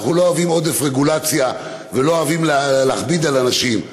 אנחנו לא אוהבים עודף רגולציה ולא אוהבים להכביד על אנשים,